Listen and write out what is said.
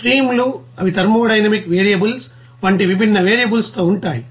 స్ట్రీమ్లు అవి thermodynamic variables వంటి విభిన్న వేరియబుల్స్తో ఉంటాయి